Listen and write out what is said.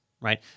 right